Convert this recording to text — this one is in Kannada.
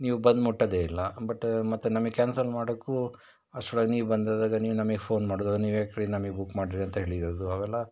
ನೀವು ಬಂದು ಮುಟ್ಟೋದೇ ಇಲ್ಲ ಬಟ್ ಮತ್ತೆ ನಮಗೆ ಕ್ಯಾನ್ಸಲ್ ಮಾಡೋಕ್ಕೂ ಅಷ್ಟರೊಳಗೆ ನೀವು ಬಂದಿದ್ದಾಗ ನೀವು ನಮಗೆ ಫೋನ್ ಮಾಡೋದು ಅದು ನೀವು ಯಾಕ್ರಿ ನಮಗೆ ಬುಕ್ ಮಾಡಿರಿ ಅಂತ ಹೇಳಿರೋದು ಅವೆಲ್ಲ